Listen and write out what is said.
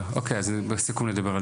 אוקי אז בסיכום נדבר על